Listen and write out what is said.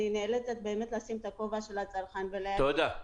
אני נאלצת לשים את הכובע של הצרכן --- תודה.